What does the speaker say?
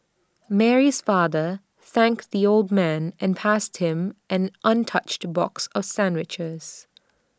Mary's father thanked the old man and passed him an untouched box of sandwiches